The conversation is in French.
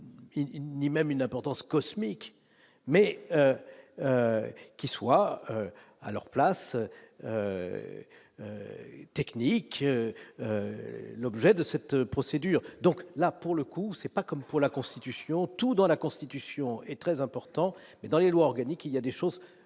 ni même une importance cosmique. Mais qui soient à leur place technique. L'objet de cette procédure, donc là pour le coup, c'est pas comme pour la constitution, tout dans la Constitution est très important et dans les lois organiques, il y a des choses qui sont